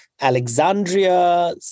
Alexandria